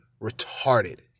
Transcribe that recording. retarded